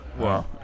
Wow